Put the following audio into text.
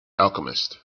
alchemists